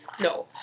No